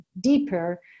deeper